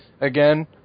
again